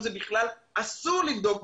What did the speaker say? מה שבכלל אסור היום.